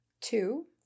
Two